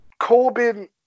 Corbyn